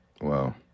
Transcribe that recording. Wow